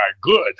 good